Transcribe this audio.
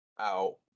out